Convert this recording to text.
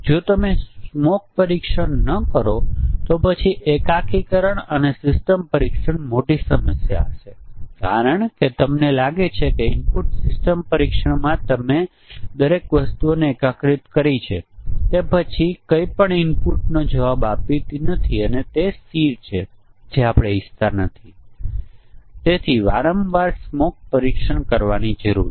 તો આ એક પ્રોગ્રામ છે જે કંઈક અમલમાં લાવવાનો પ્રયાસ કરી રહ્યો છે અને તે તપાસી રહ્યું છે કે ત્યાં ઘણા બધા પરિમાણો છે અને તે ફક્ત 3 પરિમાણો પર વિચાર કરી રહ્યું છે અને પછી તે x 1 ચકાસી રહ્યું છે જો x એ 1 ની બરાબર છે અને y બરાબર y 2 છે પછી તે f xyz છે